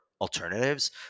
alternatives